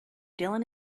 dylan